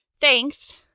thanks